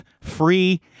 free